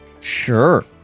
Sure